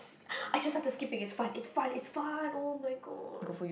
I just like the skipping it's fun it's fun it's fun [oh]-my-god